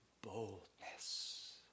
boldness